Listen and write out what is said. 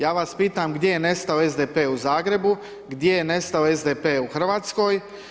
Ja vas pitam gdje je nestao SDP u Zagrebu, gdje je nestao SDP u Hrvatskoj?